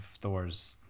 Thor's